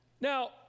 Now